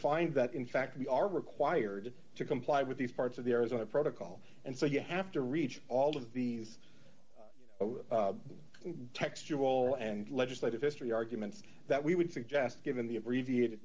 find that in fact we are required to comply with these parts of the arizona protocol and so you have to reach all of these text you all and legislative history arguments that we would suggest given the abbreviated